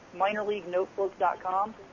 minorleaguenotebook.com